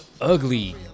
ugly